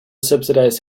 subsidized